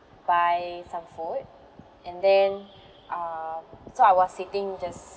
buy some food and then uh so I was sitting just